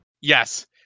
Yes